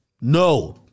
No